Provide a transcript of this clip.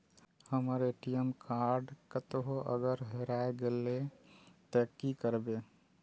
हमर ATM card कतहो अगर हेराय गले ते की करबे?